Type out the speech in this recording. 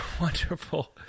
wonderful